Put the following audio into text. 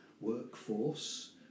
workforce